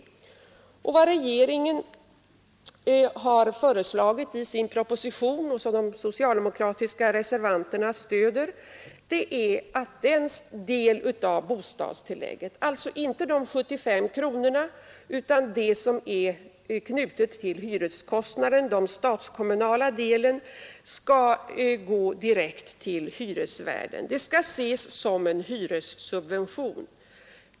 Regeringen har i sin proposition föreslagit, och detta förslag stöds av de socialdemokratiska reservanterna, att den del av bostadstillägget som är knuten till hyreskostnaden — den statskommunala delen — skall gå direkt till hyresvärden. Den skall ses som en hyressubvention.